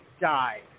die